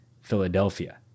Philadelphia